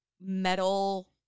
metal